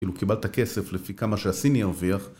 כאילו קיבלת כסף לפי כמה שהסיני הרוויח